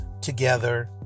together